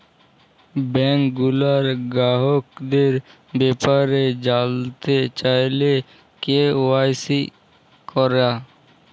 bank গুলার গ্রাহকদের ব্যাপারে জালতে চাইলে কে.ওয়াই.সি ক্যরা